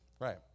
Right